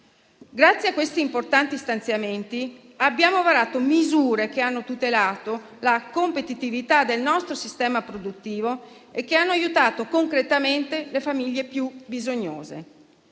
Grazie a questi importanti stanziamenti abbiamo varato misure che hanno tutelato la competitività del nostro sistema produttivo e che hanno aiutato concretamente le famiglie più bisognose.